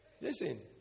listen